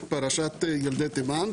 בנוסף לזה בתיקי המשטרה שנמצאים בארכיון